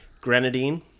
Grenadine